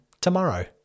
tomorrow